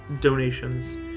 donations